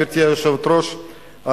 גברתי היושבת-ראש: